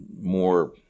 more